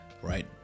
right